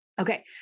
okay